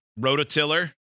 Rototiller